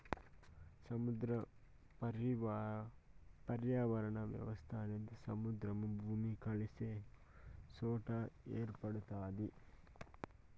సముద్ర పర్యావరణ వ్యవస్థ అనేది సముద్రము, భూమి కలిసే సొట ఏర్పడుతాది